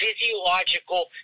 physiological